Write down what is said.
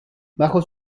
bajo